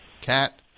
Cat